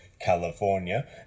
California